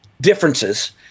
differences